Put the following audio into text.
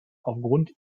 aufgrund